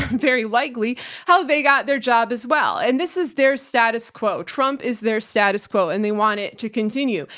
very likely how they got their job as well. and this is their status quo. trump is their status quo and they want it to continue.